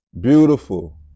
Beautiful